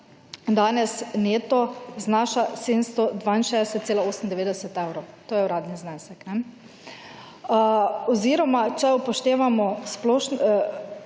danes neto znaša 762,98 evrov, to je uradni znesek, oziroma če upoštevamo tudi